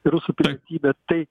ir su pilietybe tai